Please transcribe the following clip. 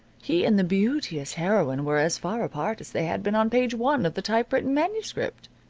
he and the beauteous heroine were as far apart as they had been on page one of the typewritten manuscript.